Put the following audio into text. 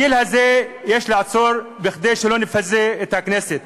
הדיל הזה, יש לעצור אותו כדי שלא נבזה את הכנסת.